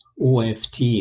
OFT